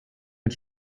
mit